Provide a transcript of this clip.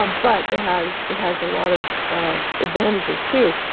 ah but it has it has a lot of of advantages, too.